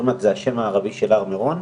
שזה השם הערבי של הר מירון.